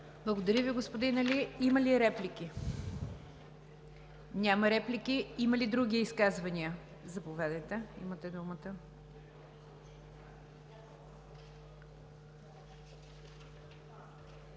Благодаря Ви, господин Али. Има ли реплики? Няма. Има ли други изказвания? Заповядайте – имате думата,